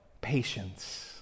Patience